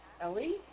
Ellie